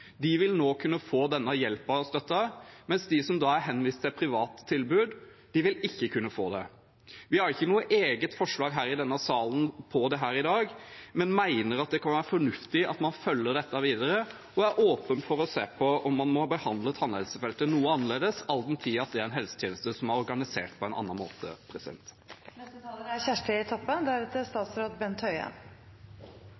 vil kunne få denne hjelpen og støtten, mens de som er henvist til et privat tilbud, ikke vil kunne få det. Vi har ikke noe eget forslag om dette i salen i dag, men mener at det kan være fornuftig å følge dette videre, og er åpne for å se på om man må behandle tannhelsefeltet noe annerledes, all den tid det er en helsetjeneste som er organisert på en annen måte.